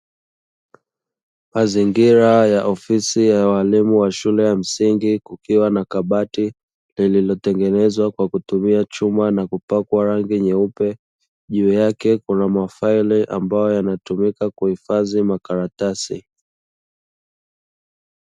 Mazingira ya ofisi ya waalimu wa shule ya msingi, kukiwa na kabati lililotengenezwa kwa kutumia chuma na kupakwa rangi nyeupe, juu yake kuna mafaili ambayo yanatumika kuhifadhi makaratasi.